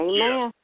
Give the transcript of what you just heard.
Amen